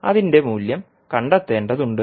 അതിന്റെ മൂല്യം കണ്ടെത്തേണ്ടതുണ്ട്